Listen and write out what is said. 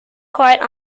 quite